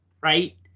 right